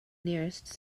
nearest